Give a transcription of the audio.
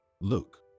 Look